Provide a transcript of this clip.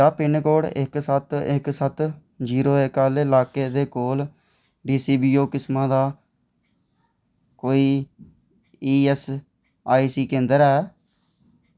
क्या पिनकोड एक सत्त एक सत्त जीरो एक आह्ले लाके दे कोल डीसीबीओ किस्मा दा कोई ईऐस्सआईसी केंद्र ऐ